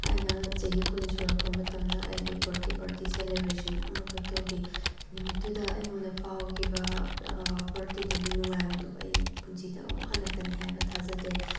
ꯑꯩꯅ ꯆꯍꯤ ꯀꯨꯟ ꯁꯨꯔꯛꯄ ꯃꯇꯝꯗ ꯑꯩꯒꯤ ꯕꯥꯔꯗꯦ ꯄꯥꯔꯇꯤ ꯁꯦꯂꯦꯕ꯭ꯔꯦꯁꯟ ꯑꯃꯈꯛ ꯇꯧꯈꯤ ꯅꯨꯃꯤꯠꯇꯨꯗ ꯑꯩꯉꯣꯟꯗ ꯐꯥꯎꯈꯤꯕ ꯕꯥꯔꯗꯦꯗꯨꯒꯤ ꯅꯨꯡꯉꯥꯏꯕꯗꯣ ꯑꯩ ꯄꯨꯟꯁꯤꯗ ꯑꯃꯨꯛ ꯍꯜꯂꯛꯀꯅꯤ ꯍꯥꯏꯕ ꯑꯩ ꯊꯥꯖꯗꯦ